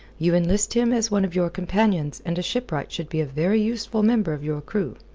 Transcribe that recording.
you enlist him as one of your companions and a shipwright should be a very useful member of your crew.